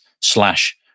slash